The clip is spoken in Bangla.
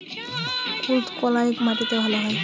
কুলত্থ কলাই কোন মাটিতে ভালো হয়?